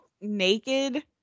naked